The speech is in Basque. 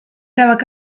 erabat